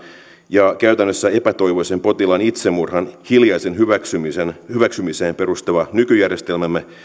ja käytännössä epätoivoisen potilaan itsemurhan hiljaiseen hyväksymiseen hyväksymiseen perustuva nykyjärjestelmämme